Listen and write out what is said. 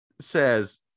says